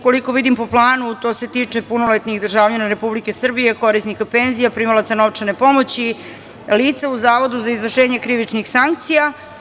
Koliko vidim, po planu, to se tiče punoletnih državljana Republike Srbije, korisnika penzija, primalaca novčane pomoći, lica u Zavodu za izvršenje krivičnih sankcija.